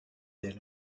elle